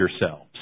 yourselves